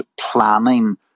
planning